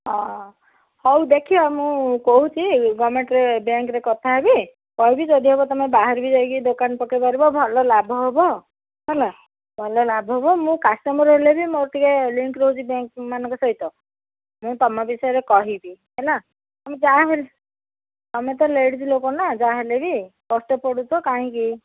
ହଁ ହଉ ଦେଖିବା ମୁଁ କହୁଛି ଗଭର୍ଣ୍ଣମେଣ୍ଟରେ ବ୍ୟାଙ୍କ୍ରେ କଥାହେବି କହିବି ଯଦି ହେବ ତମେ ବାହାରେ ବି ଯାଇକି ଦୋକାନ ପକେଇ ପାରିବ ଭଲ ଲାଭ ହବ ହେଲା ଭଲ ଲାଭ ହବ ମୁଁ କଷ୍ଟମର୍ ହେଲେବି ମୋର ଟିକେ ଲିଙ୍କ୍ ରହୁଛି ବ୍ୟାଙ୍କ୍ ମାନଙ୍କ ସହିତ ମୁଁ ତମ ବିଷୟରେ କହିବି ହେଲା ତମେ ଯାହାହେଲେ ତମେ ତ ଲେଡ଼ିଜ୍ ଲୋକନା ଯାହା ହେଲେବି କଷ୍ଟ ପଡ଼ୁଛ କାହିଁକି